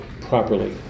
properly